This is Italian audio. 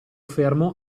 fermo